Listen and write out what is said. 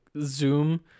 zoom